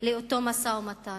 לאותו משא-ומתן.